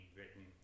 written